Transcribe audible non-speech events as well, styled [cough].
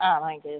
ആ [unintelligible]